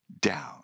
down